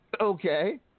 Okay